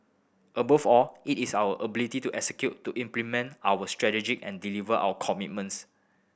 above all it is our ability to execute to implement our strategy and deliver our commitments